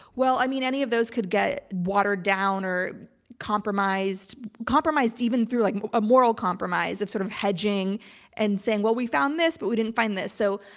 well, i mean, any of those could get watered down or compromised compromised even through like a moral compromise of sort of hedging and saying, well, we found this, but we didn't find this. so